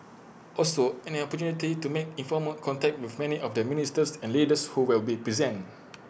also an opportunity to make informal contact with many of the ministers and leaders who will be present